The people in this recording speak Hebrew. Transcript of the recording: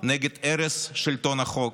נגד הרס שלטון החוק,